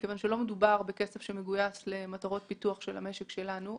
כיוון שלא מדובר בכסף שמגויס למטרות פיתוח של המשק שלנו.